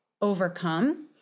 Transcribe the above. overcome